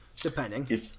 Depending